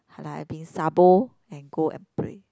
I like I being sabo and go and pray